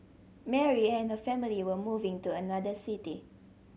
Mary and her family were moving to another city